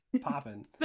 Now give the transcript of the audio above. popping